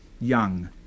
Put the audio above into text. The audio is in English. young